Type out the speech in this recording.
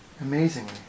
Amazingly